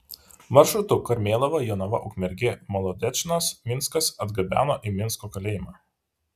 maršrutu karmėlava jonava ukmergė molodečnas minskas atgabeno į minsko kalėjimą